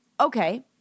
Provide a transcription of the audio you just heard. Okay